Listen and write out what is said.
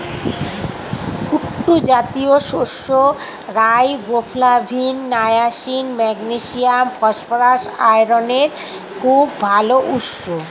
কুট্টু জাতীয় শস্য riboflavin, niacin, magnesium, phosphorus, আয়রনের খুব ভাল উৎস